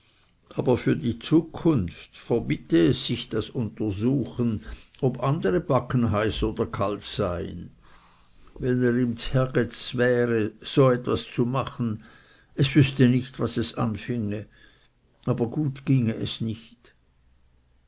aber für die zukunft verbitte es sich das untersuchen ob andere backen heiß oder kalt seien wenn er ihm ds herrgetts wäre so etwas zu machen es wüßte nicht was es anfinge aber gut ginge es nicht